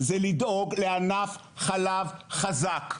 לדאוג לענף חלב חזק.